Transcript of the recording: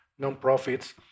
nonprofits